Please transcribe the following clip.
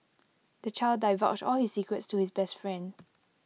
the child divulged all his secrets to his best friend